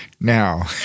now